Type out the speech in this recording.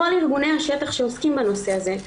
כל ארגוני השטח שעוסקים בנושא הזה,